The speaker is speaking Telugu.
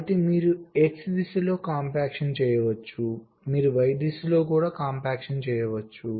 కాబట్టి మీరు X దిశలో కాంపాక్షన్ చేయవచ్చు మీరు Y దిశలో కూడా కాంపాక్షన్ చేయవచ్చు